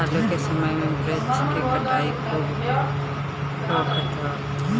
आजू के समय में वृक्ष के कटाई खूब होखत हअ